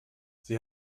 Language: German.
sie